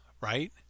right